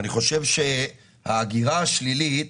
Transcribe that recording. אני חושב שההגירה השלילית,